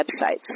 websites